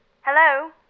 Hello